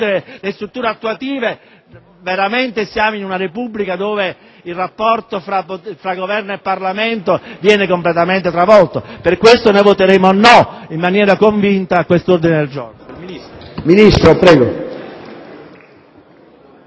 sulle strutture attuative, veramente siamo in una Repubblica dove il rapporto fra Governo e Parlamento viene completamente stravolto. Per questi motivi. noi voteremo convintamente no all'ordine del giorno